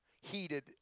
heated